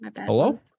Hello